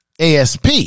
ASP